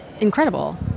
incredible